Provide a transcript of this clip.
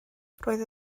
roedd